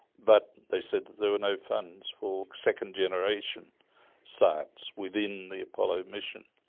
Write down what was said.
but they said that there were no funds for second generation science within the apollo mission.